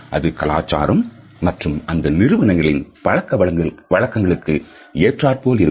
அது கலாச்சாரம் மற்றும் அந்த நிறுவனங்களின் பழக்க வழக்கத்திற்கு ஏற்றார்போல் இருக்கும்